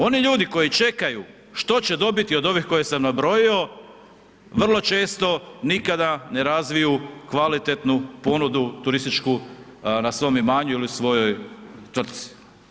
Oni ljudi koji čekaju što će dobiti od ovih koje sam nabrojio, vrlo često nikada ne razviju kvalitetnu ponudu turističku na svom imanju ili i svojoj tvrtci.